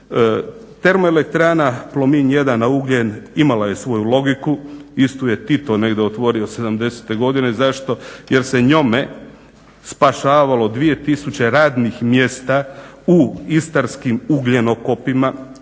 struju. TE Plomin 1 na ugljen imala je svoju logiku. Istu je Tito negdje otvorio sedamdesete godine. zašto? Jer se njome spašavalo 2 tisuće radnih mjesta u istarskim ugljenokopima